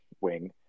wing